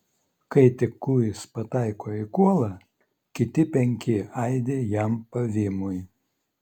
kai tik kūjis pataiko į kuolą kiti penki aidi jam pavymui